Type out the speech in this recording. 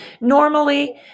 Normally